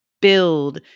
build